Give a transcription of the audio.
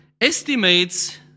estimates